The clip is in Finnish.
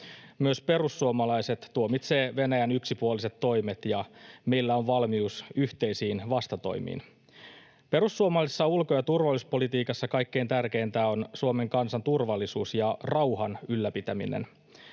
Myös perussuomalaiset tuomitsevat Venäjän yksipuoliset toimet, ja meillä on valmius yhteisiin vastatoimiin. Perussuomalaisessa ulko- ja turvallisuuspolitiikassa kaikkein tärkeintä on Suomen kansan turvallisuus ja rauhan ylläpitäminen.